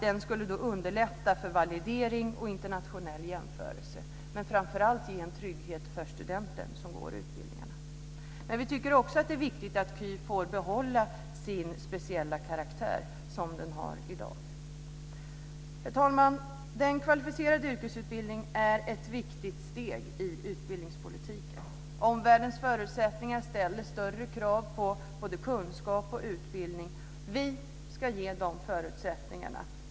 Den skulle underlätta för validering och internationell jämförelse men framför allt ge en trygghet för studenten som går utbildningarna. Vi tycker dock att det är viktigt att KY får behålla sin speciella karaktär som den har i dag. Herr talman! Den kvalificerade yrkesutbildningen är ett viktigt steg i utbildningspolitiken. Omvärldens förutsättningar ställer större krav på både kunskap och utbildning. Vi ska ge de förutsättningarna.